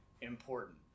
important